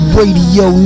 Radio